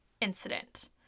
incident